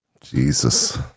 Jesus